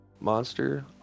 monster